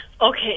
Okay